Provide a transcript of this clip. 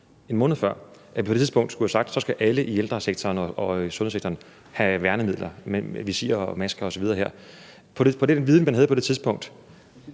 1 måned før, på det tidspunkt skulle have sagt, at så skulle alle i sundhedssektoren og i ældresektoren have værnemidler i form af visir og masker osv., med den viden, man havde på det tidspunkt,